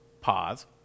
Pause